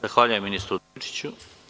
Zahvaljujem ministru Udovičiću.